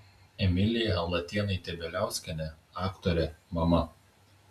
emilija latėnaitė bieliauskienė aktorė mama